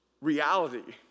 reality